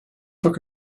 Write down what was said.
took